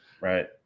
right